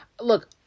Look